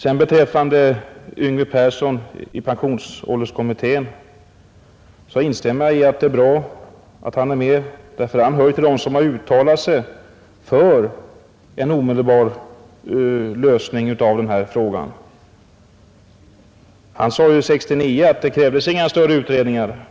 Jag instämmer med herr Fredriksson att det är bra att Yngve Persson är med i pensionsålderskommittén, eftersom han tillhör dem som uttalat sig för en omedelbar lösning av denna fråga. Han sade 1969 att det inte krävdes några större utredningar.